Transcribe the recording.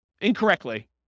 incorrectly